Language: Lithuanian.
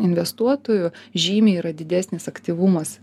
investuotojų žymiai yra didesnis aktyvumas